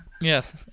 Yes